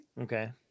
Okay